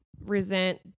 resent